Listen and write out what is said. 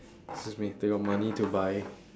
excuse me they got money to buy